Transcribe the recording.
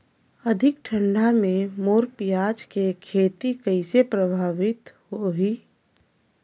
अधिक ठंडा मे मोर पियाज के खेती कइसे प्रभावित होही?